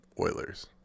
Oilers